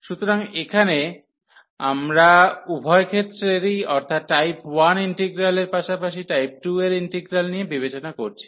সুতরাং এখানে আমরা উভয় ক্ষেত্রেরই অর্থাৎ টাইপ 1 ইন্টিগ্রালের পাশাপাশি টাইপ 2 এর ইন্টিগ্রাল নিয়ে বিবেচনা করছি